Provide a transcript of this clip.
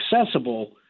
accessible